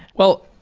well,